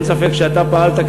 אין ספק שאתה פעלת,